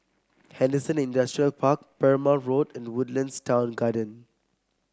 Henderson Industrial Park Perumal Road and Woodlands Town Garden